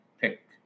pick